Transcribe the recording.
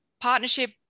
partnership